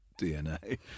DNA